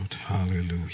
Hallelujah